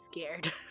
scared